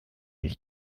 ich